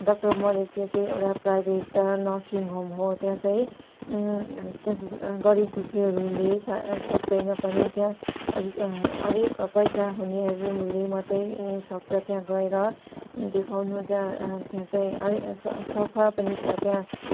doctor मलिकले चाहिँ एउटा प्राइभेट नर्सिङ होम हो त्यहाँ चाहिँ त्यहाँ चाहिँ गरिब दुःखीहरूले सक्तैन पनि त्यहाँ अलिक अलिक पैसा हुनेहरूले मात्रै सक्छ त्यहाँ गएर देखाउनु त्यहाँ त्यहाँ चाहिँ अलि सफा पनि छ त्यहाँ